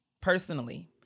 personally